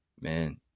man